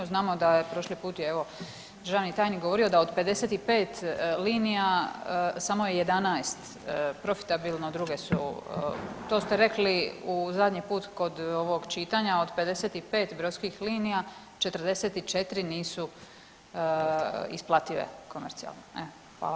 Znamo da je prošli put i državni tajnik govorio da od 55 linija samo 11 profitabilno druge su, to ste rekli zadnji put kod ovog čitanja od 55 brodskih linija 44 nisu isplative komercijalno.